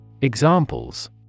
Examples